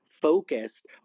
focused